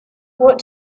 what